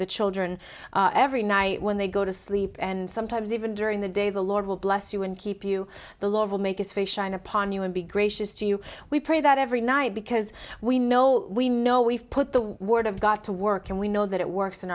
the children every night when they go to sleep and sometimes even during the day the lord will bless you and keep you the lord will make his face shine upon you and be gracious to you we pray that every night because we know we know we've put the word of god to work and we know that it works in